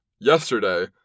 yesterday